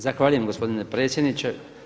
Zahvaljujem gospodine predsjedniče.